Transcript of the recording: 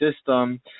system